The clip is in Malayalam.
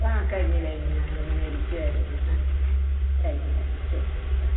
ആ കഴിഞ്ഞ് കഴിഞ്ഞ് ഞങ്ങൾ ഇങ്ങനെ ഇരിക്കുകയായിരുന്നു ആ താങ്ക് യൂ താങ്ക് യൂ ശരി ശരി ആ